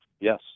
yes